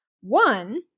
One